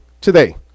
today